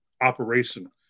operation